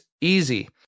easy